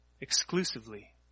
exclusively